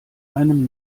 einem